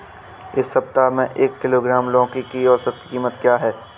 इस सप्ताह में एक किलोग्राम लौकी की औसत कीमत क्या है?